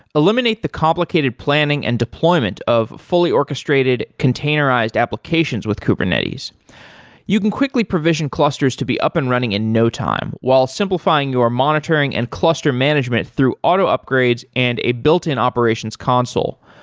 eliminate the complicated planning and deployment of fully orchestrated containerized applications with kubernetes you can quickly provision clusters to be up and running in no time, while simplifying your monitoring and cluster management through auto upgrades and a built-in operations console.